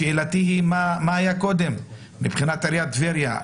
שאלתי היא מה היה קודם מבחינת עיריית טבריה.